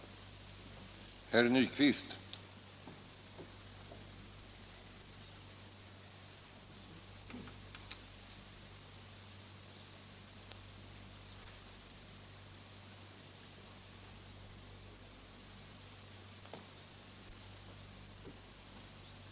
Tisdagen den